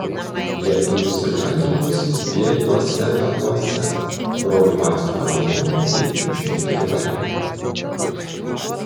lietuvių sirgaliai rinkosi dviejuose baruose brolių macių fanų zonoje bei švyturio bare